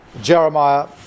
Jeremiah